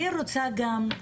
אני רוצה גם,